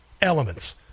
elements